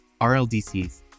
RLDCs